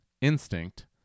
instinct